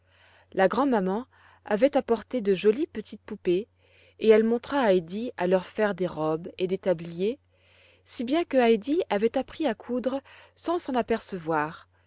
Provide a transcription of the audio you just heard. la grand maman avait apporté de jolies petites poupées et elle montra à heidi à leur faire des robes et des tabliers si bien que heidi avait appris à coudre sans s'en apercevoir